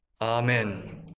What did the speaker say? Amen